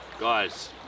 guys